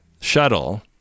shuttle